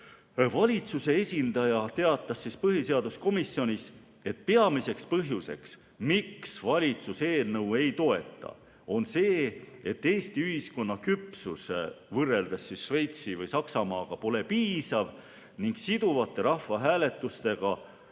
valitsuse esindaja teatas põhiseaduskomisjonis, et peamine põhjus, miks valitsus eelnõu ei toeta, on see, et Eesti ühiskonna küpsus võrreldes Šveitsi või Saksamaaga pole piisav ning siduvate tulemustega